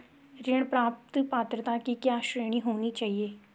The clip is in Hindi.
ऋण प्राप्त पात्रता की क्या श्रेणी होनी चाहिए?